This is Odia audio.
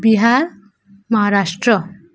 ବିହାର ମହାରାଷ୍ଟ୍ର